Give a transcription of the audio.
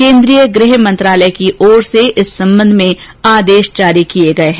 केन्द्रीय गृह मंत्रालय की ओर से इस सम्बन्ध में आदेश जारी किये गये हैं